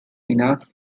enough